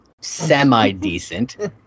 semi-decent